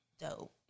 dope